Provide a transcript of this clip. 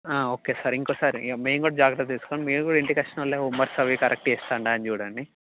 okay sir ఇంకోసారి ఇక మేము కూడా జాగ్రత్తలు తీసుకోని మీరు కూడా ఇంటికి వచ్చినాళ్ళే హోంవర్క్స్ అవి కరెక్ట్ చేస్తుండా అని చూడండి